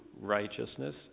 righteousness